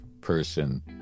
person